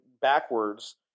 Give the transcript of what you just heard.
backwards